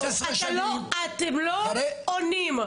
אתם לא עונים.